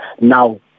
Now